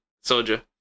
Soldier